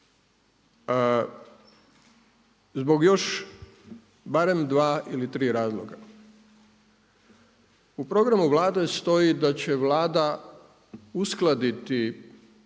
zbog još barem dva ili tri razloga. U programu Vlade stoji da će Vlada uskladiti